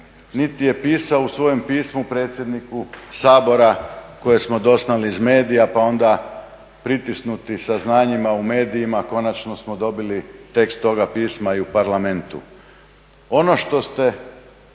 niti je pisao u svojem pismu predsjedniku Sabora koje smo doznali iz medija pa onda pritisnuti saznanjima u medijima konačno smo dobili tekst toga pisma i u Parlamentu.